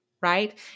right